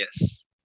yes